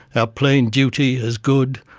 our plain duty, as good,